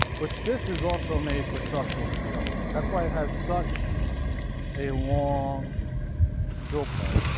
which, this is also made for structural steel that's why it has such a long drill point.